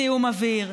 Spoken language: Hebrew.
זיהום אוויר,